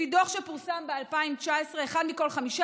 לפי דוח שפורסם ב-2019 אחד מכל חמישה